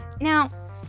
Now